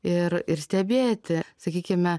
ir ir stebėti sakykime